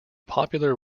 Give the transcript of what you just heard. popular